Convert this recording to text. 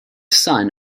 son